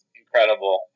incredible